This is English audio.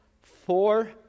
Four